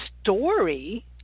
story